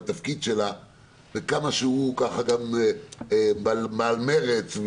כמה שהוא בעל מרץ,